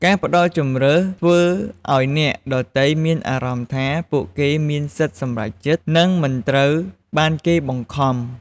ការផ្តល់ជម្រើស ធ្វើឲ្យអ្នកដទៃមានអារម្មណ៍ថាពួកគេមានសិទ្ធិសម្រេចចិត្ត និងមិនត្រូវបានគេបង្ខំ។